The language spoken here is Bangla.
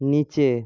নিচে